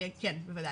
בוודאי.